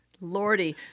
Lordy